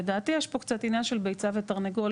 לדעתי יש פה קצת עניין של ביצה ותרנגולת,